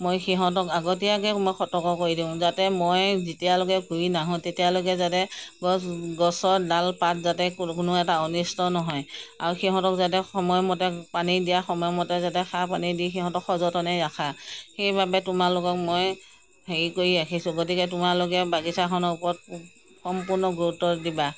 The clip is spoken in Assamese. মই সিহঁতক আগতীয়াকৈ মই সতৰ্ক কৰি দিওঁ যাতে মই যেতিয়ালৈকে ঘূৰি নাহোঁ তেতিয়ালৈকে যাতে গছ গছৰ ডাল পাত যাতে কোনো এটা অনিষ্ট নহয় আৰু সিহঁতক যাতে সময়মতে পানী দিয়ে সময়মতে যাতে সাৰ পানী দি সিহঁতক সযতনে ৰাখা সেইবাবে তোমালোকক মই হেৰি কৰি ৰাখিছোঁ গতিকে তোমালোকে বাগিচাখনৰ ওপৰত সম্পূৰ্ণ গুৰুত্ব দিবা